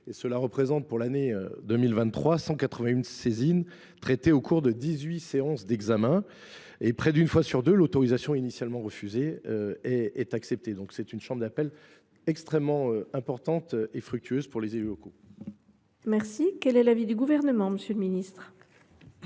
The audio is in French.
Cela représente, pour l’année 2023, 181 saisines traitées, au cours de dix huit séances d’examen. Près d’une fois sur deux, l’autorisation initialement refusée est acceptée. Il s’agit donc d’une chambre d’appel extrêmement importante et fructueuse pour les élus locaux. Quel est l’avis du Gouvernement ? Pour les mêmes